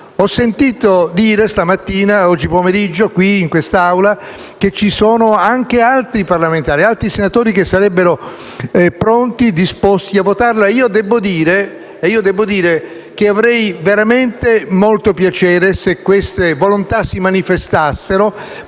Ho sentito dire, questa mattina e oggi pomeriggio in quest'Aula, che vi sono anche altri parlamentari, altri senatori, che sarebbero pronti e disposti a votare il provvedimento. Io devo dire che avrei veramente molto piacere se queste volontà si manifestassero,